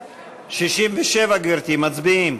67, גברתי, מצביעים.